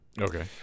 Okay